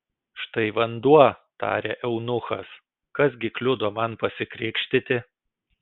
štai vanduo tarė eunuchas kas gi kliudo man pasikrikštyti